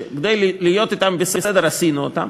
וכדי להיות אתם בסדר עשינו אותם.